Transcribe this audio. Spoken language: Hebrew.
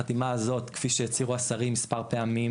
החתימה הזאת כפי שהצהירו השרים מספר פעמים